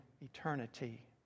eternity